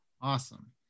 awesome